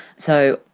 so,